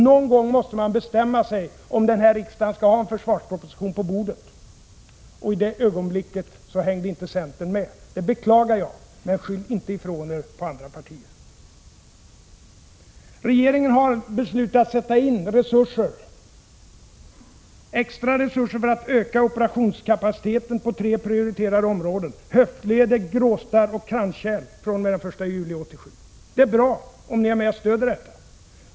Någon gång måste man bestämma sig för om den här riksdagen skall ha en försvarsproposition på bordet, men i det ögonblicket hängde inte centern med. Det beklagar jag, men skyll inte ifrån er på andra partier! Regeringen har beslutat sätta in extra resurser för att öka operationskapaciteten på tre prioriterade områden — höftleder, grå starr och kranskärl — fr.o.m. den 1 juli 1987. Det är bra om ni är med och stöder detta.